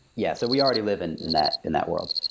yeah, so we already live in that in that world.